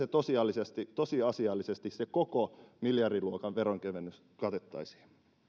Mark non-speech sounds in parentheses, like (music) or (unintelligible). (unintelligible) tosiasiallisesti tosiasiallisesti se koko miljardiluokan veronkevennys katettaisiin